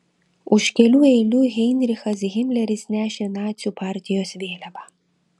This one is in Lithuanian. už kelių eilių heinrichas himleris nešė nacių partijos vėliavą